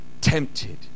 tempted